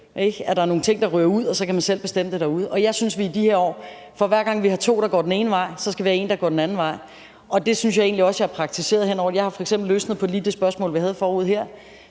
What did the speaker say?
der er nogle ting, der ryger ud, og så kan man selv bestemme det derude. Og jeg synes, at vi i de her år skal have det sådan, at for hver gang vi har to, der går den ene vej, skal vi have en, der går den anden vej. Det synes jeg egentlig også jeg har praktiseret. Jeg har f.eks. løsnet på lige det spørgsmål, vi havde her